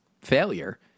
failure